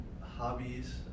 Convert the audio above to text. hobbies